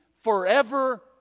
forever